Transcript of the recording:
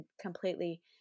completely